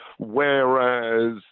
Whereas